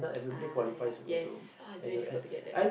ah yeah yes uh it's very difficult to get that